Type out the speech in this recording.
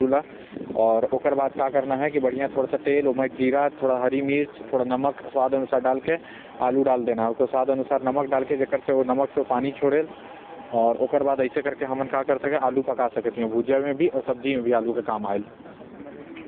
म बना लेना चाही।